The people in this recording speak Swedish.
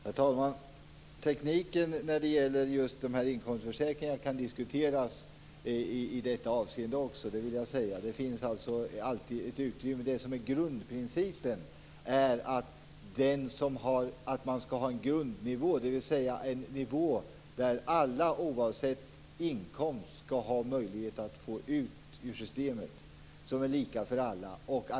Herr talman! Tekniken när det gäller inkomstbortfallsförsäkringarna kan diskuteras också i detta avseende. Det finns alltid ett utrymme. Grundprincipen är att det skall finnas en nivå där alla oavsett inkomst skall ha möjlighet att få ut ersättning ur systemet som är lika för alla.